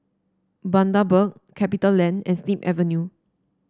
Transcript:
Bundaberg Capitaland and Snip Avenue